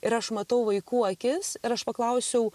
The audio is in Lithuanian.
ir aš matau vaikų akis ir aš paklausiau